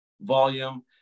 volume